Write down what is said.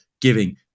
giving